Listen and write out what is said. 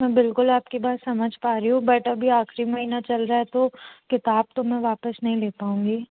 मैं बिल्कुल आपकी बात समझ पा रही हूँ बट अभी आखिरी महीना चल रहा है तो किताब तो मैं वापस नहीं ले पाऊँगी